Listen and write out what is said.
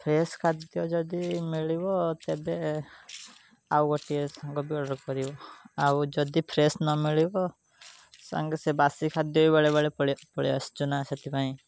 fresh ଖାଦ୍ୟ ଯଦି ମିଳିବ ତେବେ ଆଉ ଗୋଟିଏ ସାଙ୍ଗବି ଅର୍ଡ଼ର୍ କରିବ ଆଉ ଯଦି ଫ୍ରେଶ୍ ନମିଳିବ ସାଙ୍ଗେ ସେ ବାସି ଖାଦ୍ୟ ବେଳେବେଳେ ପଳେଇ ଆସୁଛିନା ସେଥିପାଇଁ